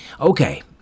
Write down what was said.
Okay